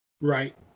Right